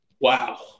wow